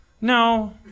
No